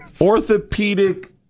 Orthopedic